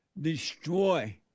destroy